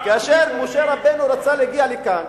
כאשר משה רבנו רצה להגיע לכאן